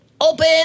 Open